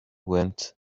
went